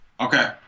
Okay